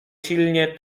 silnie